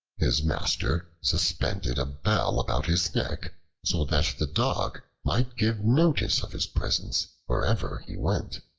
his master suspended a bell about his neck so that the dog might give notice of his presence wherever he went.